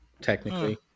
technically